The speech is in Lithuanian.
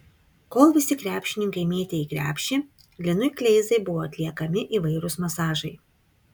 kol visi krepšininkai mėtė į krepšį linui kleizai buvo atliekami įvairūs masažai